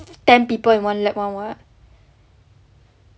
ten people in one lab [one] [what]